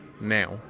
now